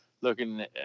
looking